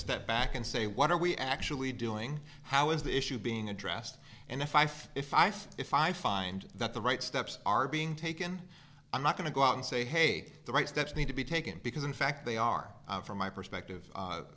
step back and say what are we actually doing how is the issue being addressed and if i feel if i feel if i find that the right steps are being taken i'm not going to go out and say hey the right steps need to be taken because in fact they are from my perspective